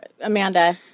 Amanda